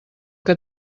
que